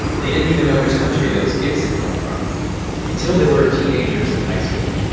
they didn't even know which country those gifts had come from until they were teenagers in high school,